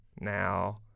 now